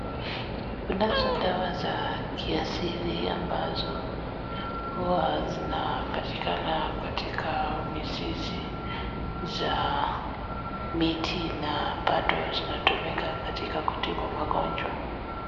Kunazo dawa za kiasili ambazo hua zinapatikana katika mizizi za miti na bado zinatumika katika kutibu magonjwa.